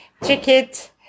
ticket